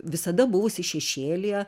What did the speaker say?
visada buvusi šešėlyje